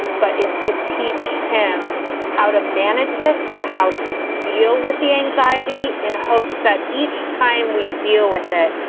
but is to teach him how to manage this and how to deal with the anxiety in hopes that each time we deal with it,